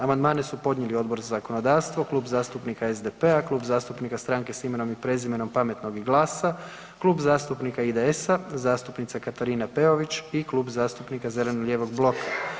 Amandmane su podnijeli Odbor za zakonodavstvo, Klub zastupnika SDP-a, Klub zastupnika Stranke s imenom i prezimenom, Pametnog i GLAS-a, Klub zastupnika IDS-a, zastupnica Katarina Peović i Klub zastupnika zeleno-lijevog bloka.